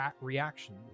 reaction